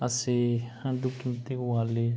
ꯑꯁꯤ ꯑꯗꯨꯛꯀꯤ ꯃꯇꯤꯛ ꯋꯥꯠꯂꯤ